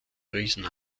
riesen